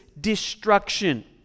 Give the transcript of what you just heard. destruction